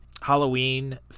halloween